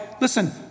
listen